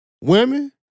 Women